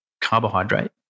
carbohydrate